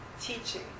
teaching